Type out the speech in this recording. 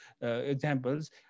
examples